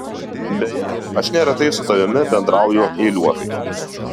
beje aš neretai su tavimi bendrauju eiliuotai